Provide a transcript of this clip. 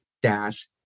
Dash